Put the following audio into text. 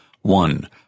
One